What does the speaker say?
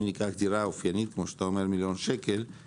ניקח דירה אופיינית כמו שאתה אומר מליון שקל,